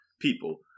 people